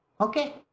Okay